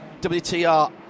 WTR